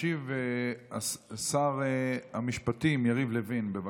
ישיב שר המשפטים יריב לוין, בבקשה.